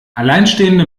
alleinstehende